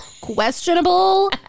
questionable